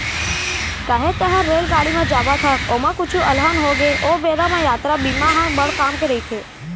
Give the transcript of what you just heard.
काहे तैंहर रेलगाड़ी म जावत हस, ओमा कुछु अलहन होगे ओ बेरा म यातरा बीमा ह बड़ काम के रइथे